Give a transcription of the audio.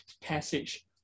passage